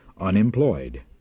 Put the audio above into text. unemployed